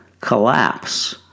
collapse